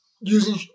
using